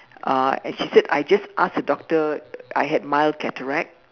uh and she said I just asked the doctor I had mild cataract